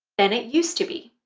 than it used to be